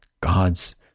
God's